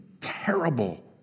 terrible